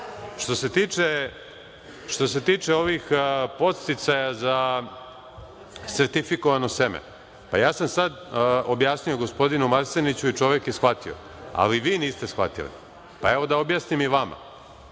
se tiče ovih podsticaja za sertifikovano seme, ja sam sad objasnio gospodinu Marseniću i čovek je shvatio. Ali, vi niste shvatili, pa evo, da objasnim i vama. Da